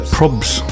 Probs